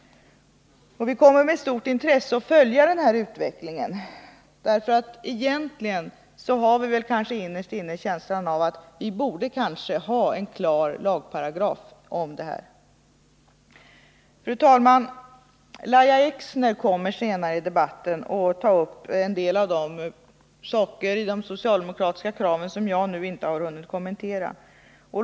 Vi kommer med stort intresse att följa den här utvecklingen. Egentligen har vi kanske innerst inne känslan att vi borde ha en klar lagparagraf om detta. Fru talman! Lahja Exner kommer senare i debatten att ta upp en del av de socialdemokratiska krav som jag nu inte hunnit kommentera.